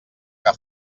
que